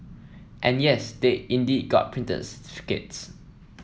and yes they indeed got